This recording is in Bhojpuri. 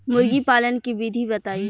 मुर्गीपालन के विधी बताई?